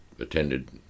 Attended